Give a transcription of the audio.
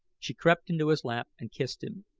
she crept into his lap and kissed him.